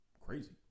Crazy